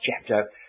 chapter